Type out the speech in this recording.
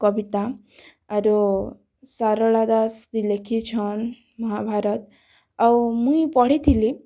କବିତା ଆରୁ ଶାରଳା ଦାଶ୍ ବି ଲେଖିଛନ୍ ମହାଭାରତ୍ ଆଉ ମୁଇଁ ପଢ଼ିଥିଲି